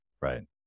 Right